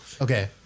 Okay